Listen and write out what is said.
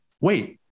wait